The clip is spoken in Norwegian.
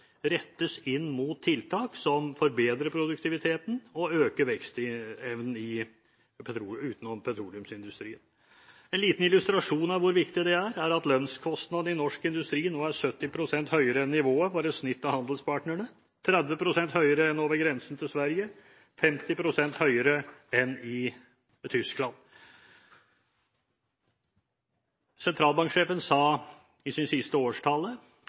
rettes inn mot tiltak som forbedrer produktiviteten og øker vekstevnen utenom petroleumsindustrien. En liten illustrasjon av hvor viktig det er, er at lønnskostnadene i norsk industri nå er 70 pst. høyere enn nivået for et snitt av handelspartnerne, 30 pst. høyere enn over grensen til Sverige og 50 pst. høyere enn i Tyskland. Sentralbanksjefen sa i sin siste årstale